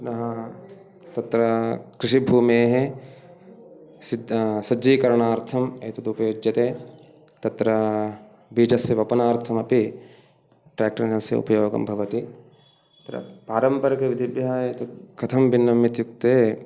पुनः तत्र कृषिभूमेः सज्जीकरणार्थम् एतद् उपयुज्यते तत्र बीजस्य रोपणार्थम् अपि ट्रेक्टरयानस्य उपयोगः भवति पारम्परिकविधिभ्यः एतत् कथं भिन्नम् इत्युक्ते